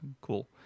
Cool